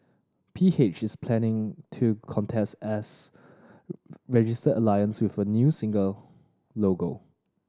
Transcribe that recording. P H is planning to contest as registered alliance with a new single logo